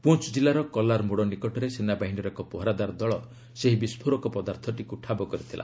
ପୁଞ୍ ଜିଲ୍ଲାର କଲାର ମୋଡ଼ ନିକଟରେ ସେନାବାହିନୀର ଏକ ପହରାଦାର ଦଳ ସେହି ବିସ୍ଫୋରକ ପଦାର୍ଥଟିକୁ ଠାବ କରିଥିଲା